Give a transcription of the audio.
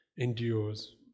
endures